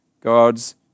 God's